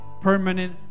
permanent